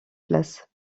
place